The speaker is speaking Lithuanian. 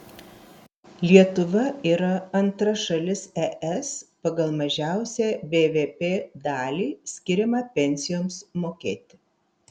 lietuva yra antra šalis es pagal mažiausią bvp dalį skiriamą pensijoms mokėti